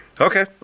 Okay